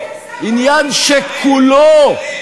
עניין שכולו,